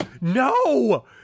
no